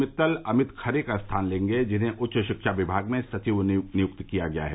मित्तल अमित खरे का स्थान लेंगे जिन्हें उच्च शिक्षा विभाग में सचिव नियुक्त किया गया है